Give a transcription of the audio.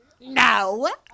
no